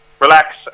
relax